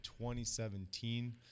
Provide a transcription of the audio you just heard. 2017